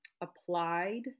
applied